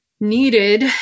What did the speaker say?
needed